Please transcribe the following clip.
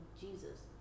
Jesus